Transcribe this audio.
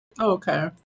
Okay